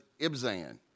Ibzan